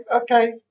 okay